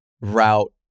route